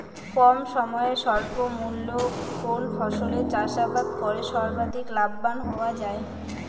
কম সময়ে স্বল্প মূল্যে কোন ফসলের চাষাবাদ করে সর্বাধিক লাভবান হওয়া য়ায়?